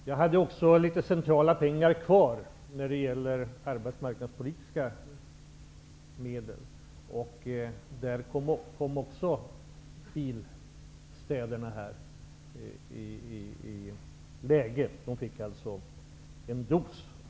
Jag hade också litet centrala arbetsmarknadspolitiska medel kvar, och där kom också bilstäderna i fråga och fick en dos.